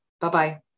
Bye-bye